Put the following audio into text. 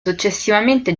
successivamente